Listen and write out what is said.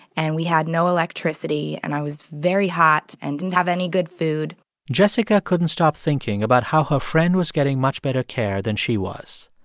and we had no electricity. and i was very hot and didn't have any good food jessica couldn't stop thinking about how her friend was getting much better care than she was.